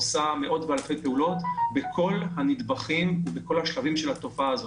עושה מאות ואלפי פעולות בכל הנדבכים ובכל השלבים של התופעה הזאת,